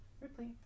Ripley